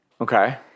Okay